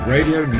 Radio